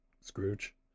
Scrooge